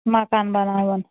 مَکان بَناوُن